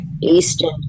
Eastern